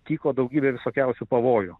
tyko daugybė visokiausių pavojų